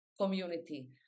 community